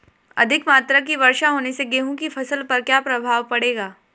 अधिक मात्रा की वर्षा होने से गेहूँ की फसल पर क्या प्रभाव पड़ेगा?